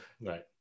Right